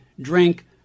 drink